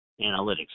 analytics